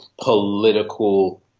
political